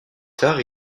tard